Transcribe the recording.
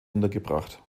untergebracht